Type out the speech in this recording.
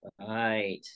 Right